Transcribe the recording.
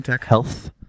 health